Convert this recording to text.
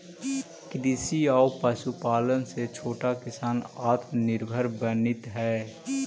कृषि आउ पशुपालन से छोटा किसान आत्मनिर्भर बनित हइ